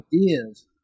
ideas